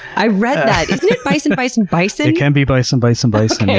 i read that! isn't it bison bison bison? it can be bison bison bison, yes.